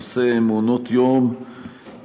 נושא מעונות-יום,